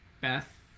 Beth